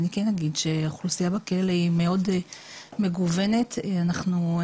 אני כן אגיד שהאוכלוסייה בכלא היא מאוד מגוונת והאתגר